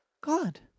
God